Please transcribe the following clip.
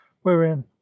wherein